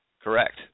correct